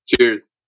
Cheers